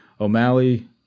O'Malley